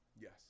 Yes